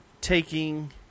taking